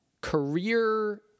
career